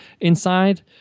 inside